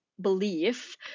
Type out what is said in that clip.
belief